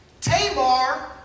Tamar